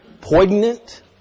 poignant